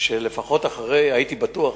הייתי בטוח,